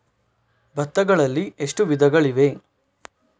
ಭತ್ತಗಳಲ್ಲಿ ಎಷ್ಟು ವಿಧಗಳಿವೆ?